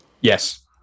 Yes